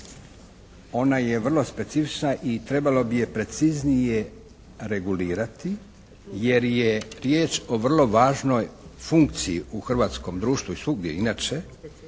ona je vrlo specifična i trebalo bi je preciznije regulirati jer je riječ o vrlo važnoj funkciji u hrvatskom društvu i svugdje inače